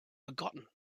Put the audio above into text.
forgotten